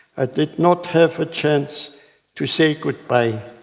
ah did not have a chance to say goodbye